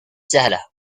سهلة